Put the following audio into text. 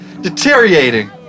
deteriorating